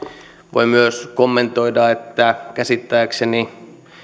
voi myös kommentoida että käsittääkseni